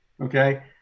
Okay